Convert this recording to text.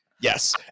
Yes